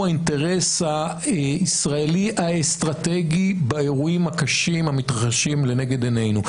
האינטרס הישראלי האסטרטגי באירועים הקשים המתרחשים לנגד עינינו.